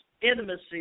intimacy